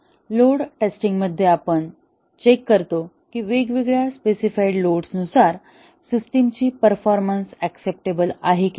load टेस्टिंगमध्ये आपण check करतो कि वेगवेगळ्या स्पेसिफाइड लोड्स नुसार सिस्टीमची परफॉर्मन्स अक्सेप्टेबल आहे की नाही